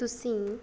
ਤੁਸੀਂ